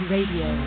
Radio